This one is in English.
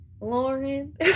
Lauren